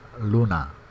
Luna